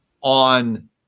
on